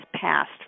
passed